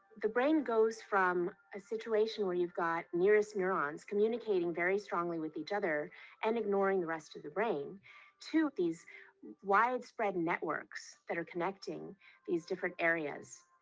the brain goes from a situation where you've got near is near on communicating very strongly with each other and ignoring the rest of the brain to these widespread networks that are connecting these different areas.